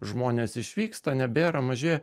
žmonės išvyksta nebėra mažėja